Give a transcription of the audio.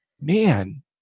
man